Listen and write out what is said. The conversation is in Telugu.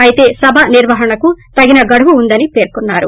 అయితే సభ నిర్వహణకు తగినే గడువు ఉందని పేర్కొన్నారు